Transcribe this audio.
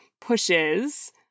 pushes